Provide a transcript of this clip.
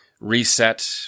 reset